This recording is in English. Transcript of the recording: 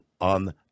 on